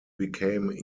became